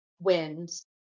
wins